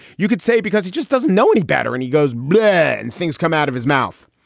you could say because he just doesn't know any better. and he goes black and things come out of his mouth.